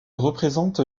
représente